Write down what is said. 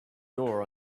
door